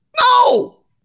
No